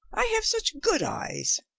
i have such good eyes.